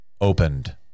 opened